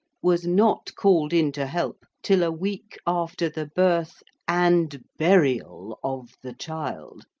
was not called in to help, till a week after the birth and burial of the child,